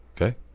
Okay